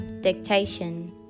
dictation